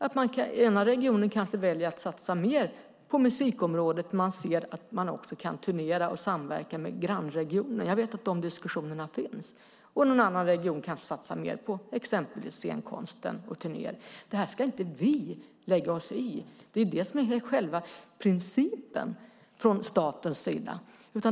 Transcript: Den ena regionen kanske väljer att satsa mer på musikområdet när man ser att man också kan turnera och samverka med grannregionen - jag vet att dessa diskussioner finns - och någon annan region kanske satsar mer på exempelvis scenkonsten och turnéer. Detta ska inte vi lägga oss i. Det är det som är själva principen från statens sida.